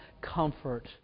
comfort